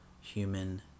human